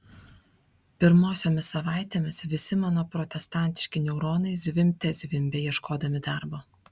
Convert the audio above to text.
pirmosiomis savaitėmis visi mano protestantiški neuronai zvimbte zvimbė ieškodami darbo